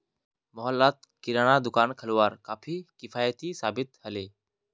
मोहल्लात किरानार दुकान खोलवार काफी किफ़ायती साबित ह ले